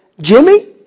Jimmy